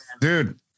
dude